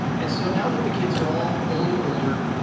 and so now that the kids are all a little older,